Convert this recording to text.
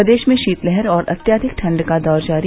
प्रदेश में शीतलहर और अत्यधिक ठंड का दौर जारी